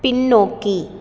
பின்னோக்கி